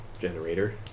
generator